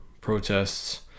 protests